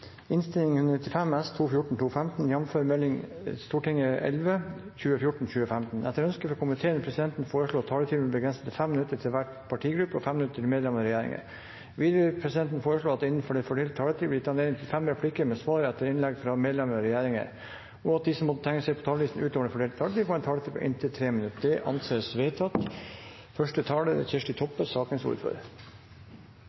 minutter til medlem av regjeringen. Videre vil presidenten foreslå at det blir gitt anledning til fem replikker med svar etter innlegg fra medlemmer av regjeringen innenfor den fordelte taletid, og at de som måtte tegne seg på talerlisten utover den fordelte taletid, får en taletid på inntil 3 minutter. – Det anses vedtatt. Saken om autorisasjon, eller dobbeltautorisasjon, av manuellterapeuter har vært debattert flere ganger, også i inneværende stortingsperiode. I dette representantforslaget foreslår flertallet å avvise saken. En av begrunnelsene for det er